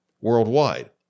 worldwide